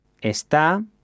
está